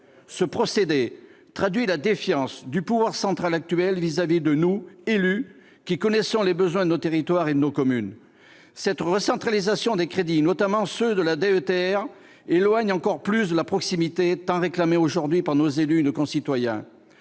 Ce procédé traduit la défiance du pouvoir central actuel à notre égard. Nous, les élus, connaissons les besoins de nos territoires et de nos communes ! Cette recentralisation des crédits, notamment ceux de la DETR, nous éloigne encore plus de la proximité tant réclamée aujourd'hui par nos élus et nos concitoyens.